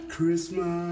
Christmas